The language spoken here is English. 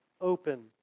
open